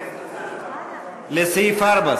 לסעיף 4,